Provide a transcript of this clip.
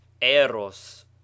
eros